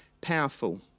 powerful